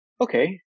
okay